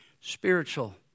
spiritual